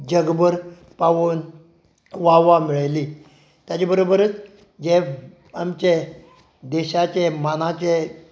जगबर पावोवन वा वा मेळयली ताजे बरोबर जे आमचे देशाचे मानाचे